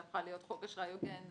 שהפכה להיות חוק אשראי הוגן,